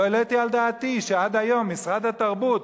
לא העליתי על דעתי שעד היום משרד התרבות,